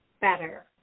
better